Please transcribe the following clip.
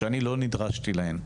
שאני לא נדרשתי להן,